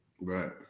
Right